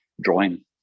drawing